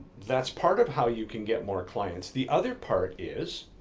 that's part of how you can get more clients. the other part is